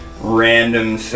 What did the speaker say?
random